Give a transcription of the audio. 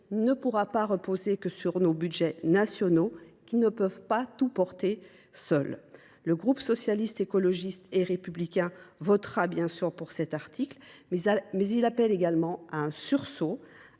ne pourra pas reposer uniquement sur nos budgets nationaux, qui ne peuvent tout porter seuls. Le groupe Socialiste, Écologiste et Républicain votera bien sûr cet article, mais il appelle également à un sursaut.